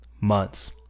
months